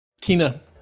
Tina